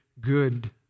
good